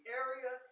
area